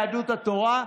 והן יהדות התורה,